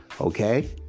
okay